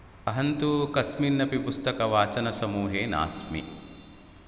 अहं तु कस्मिन्नपि पुस्तकवाचनसमूहे नास्मि